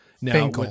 now